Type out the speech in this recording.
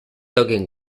toquin